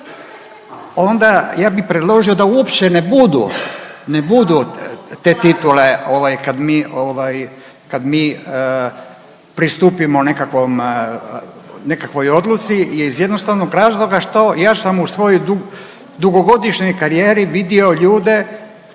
onda ja bi predložio da uopće ne budu, ne budu te titule ovaj kad mi ovaj kad mi pristupimo nekakvom, nekakvoj odluci iz jednostavnog razloga što ja sam u svojoj dug… dugogodišnjoj karijeri vidio ljude